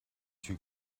two